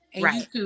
Right